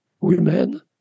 women